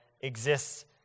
exists